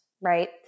right